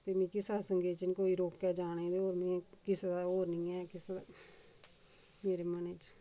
ते मिगी सत्संग च निं कोई रोकै जाने ते होर मिगी किसै दा होर नी ऐ किसै दा मेरे मनै च